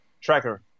Tracker